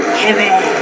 heavy